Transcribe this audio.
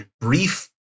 brief